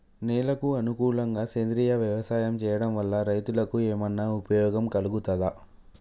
నేలకు అనుకూలంగా సేంద్రీయ వ్యవసాయం చేయడం వల్ల రైతులకు ఏమన్నా ఉపయోగం కలుగుతదా?